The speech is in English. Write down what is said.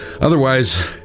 Otherwise